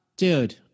dude